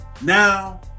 now